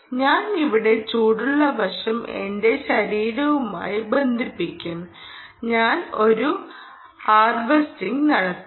ഞാൻ ഇവിടെ ചൂടുള്ള വശം എന്റെ ശരീരവുമായി ബന്ധിപ്പിക്കും ഞാൻ ഒരു ഹാർവെസ്റ്റിംഗ് നടത്തും